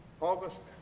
August